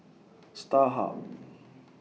Starhub